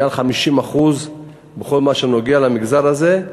מעל 50% בכל מה שנוגע למגזר הזה,